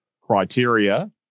criteria